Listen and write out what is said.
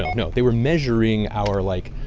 no, no. they were measuring our, like,